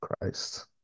Christ